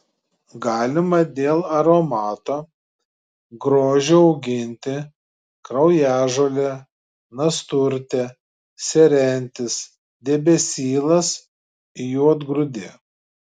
galima dėl aromato grožio auginti kraujažolė nasturtė serentis debesylas juodgrūdė